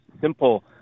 simple